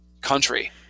country